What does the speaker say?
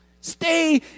Stay